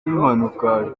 y’impanuka